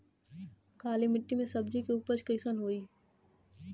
काली मिट्टी में सब्जी के उपज कइसन होई?